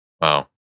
Wow